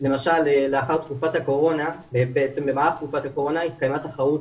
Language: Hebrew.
למשל, במהלך תקופת הקורונה התקיימה תחרות